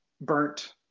burnt